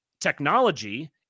Technology